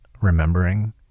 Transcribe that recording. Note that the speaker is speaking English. remembering